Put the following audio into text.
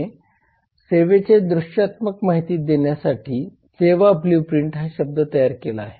Lynn Shostack सेवेची दृश्यात्मक माहिती देण्यासाठी सेवा ब्लूप्रिंट हा शब्द तयार केला आहे